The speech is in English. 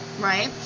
right